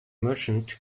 merchant